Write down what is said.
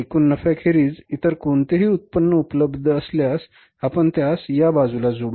एकूण नफ्याखेरीज इतर कोणतेही उत्पन्न उपलब्ध असल्यास आपण त्यास या बाजूला जोडु